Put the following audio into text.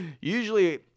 usually